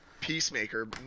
Peacemaker